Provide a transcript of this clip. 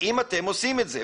האם אתם עושים את זה?